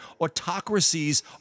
Autocracies